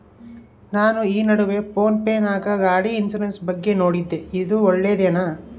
ನಾನು ಈ ನಡುವೆ ಫೋನ್ ಪೇ ನಾಗ ಗಾಡಿ ಇನ್ಸುರೆನ್ಸ್ ಬಗ್ಗೆ ನೋಡಿದ್ದೇ ಇದು ಒಳ್ಳೇದೇನಾ?